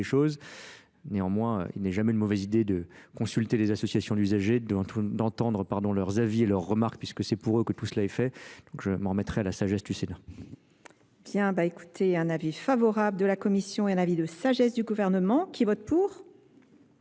choses. Néanmoins, il n'est jamais une mauvaise idée de consulter les associations d'usagers, d'entendre pardon leurs avis et leurs remarques puisque c'est pour eux que tout cela est fait. Donc je m'en est fait. Donc je m'en remettrai à la sagesse. bien. Bah écoutez un avis favorable de la commission est un avis de sagesse du Gouvernement, qui vote pour